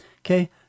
Okay